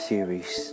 Series